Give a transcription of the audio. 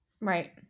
right